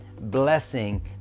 blessing